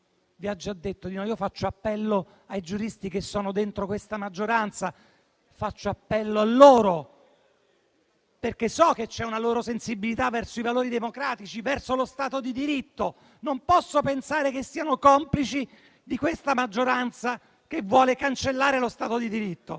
vi ha già detto di no. Io faccio appello ai giuristi che sono dentro questa maggioranza, perché so che c'è una loro sensibilità verso i valori democratici e lo Stato di diritto. Non posso pensare che siano complici di questa maggioranza che vuole cancellare lo Stato di diritto.